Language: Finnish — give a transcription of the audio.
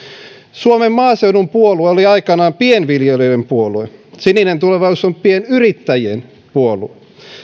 suomen maaseudun puolue oli aikanaan pienviljelijöiden puolue sininen tulevaisuus on pienyrittäjien puolue